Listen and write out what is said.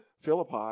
Philippi